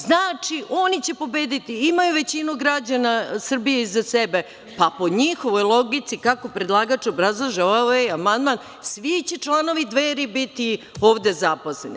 Znači, oni će pobediti, imaju većinu građana Srbije iza sebe, pa po njihovoj logici kako predlagač obrazlaže ovaj amandman, svi će članovi Dveri biti ovde zaposleni.